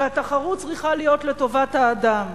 התחרות צריכה להיות לטובת האדם.